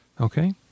okay